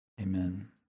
amen